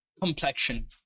Complexion